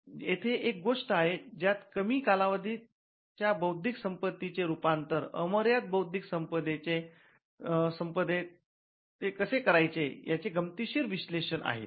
येथे एक गोष्ट आहे ज्यात कमी कालावधी च्या बौद्धिक संपदेचे रूपांतरण अमर्याद बौद्धिक संपदेचे कसे करायचे याचे गंमतीशीर विश्लेषण आहे